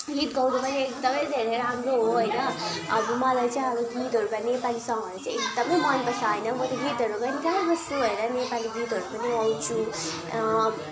गीतहरू गायो भने अब राम्रो हुन्छ गीत गाउनु पनि एकदमै धेरै राम्रो हो होइन अब मलाई चाहिँ अब गीतहरू भने नेपाली सङहरू चाहिँ एकदम मनपर्छ होइन म गीतहरूमा एकदमै बेसी नेपाली गीतहरू पनि गाउँछु अँ